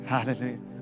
Hallelujah